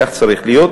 כך צריך להיות.